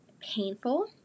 painful